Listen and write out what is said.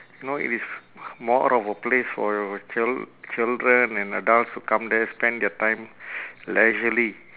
know if it's f~ more of a place for chil~ children and adults who come there spend their time leisurely